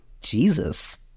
Jesus